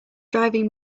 driving